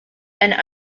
and